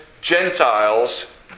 Gentiles